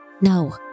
No